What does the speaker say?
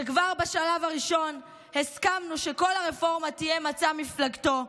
שכבר בשלב הראשון הסכמנו שכל הרפורמה תהיה מצע מפלגתו,